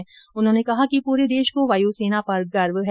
उन्होंने कहा कि पूरे देश को वायु सेना पर गर्व है